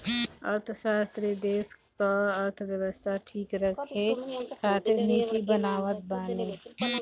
अर्थशास्त्री देस कअ अर्थव्यवस्था ठीक रखे खातिर नीति बनावत बाने